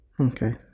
okay